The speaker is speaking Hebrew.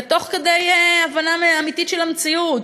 ומתוך הבנה אמיתית של המציאות,